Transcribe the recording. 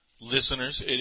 listeners